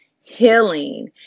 healing